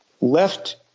left